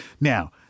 Now